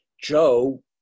Joe